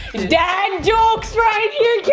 dad jokes right here! get